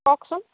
কওকচোন